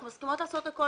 הן מסכימות לעשות הכול,